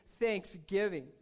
thanksgiving